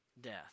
death